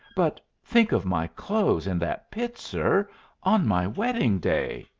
but think of my clothes in that pit, sir on my wedding-day.